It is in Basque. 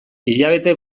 hilabete